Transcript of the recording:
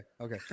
Okay